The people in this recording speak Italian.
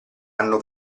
anno